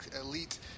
elite